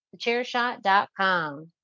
TheChairshot.com